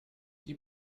die